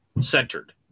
centered